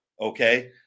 Okay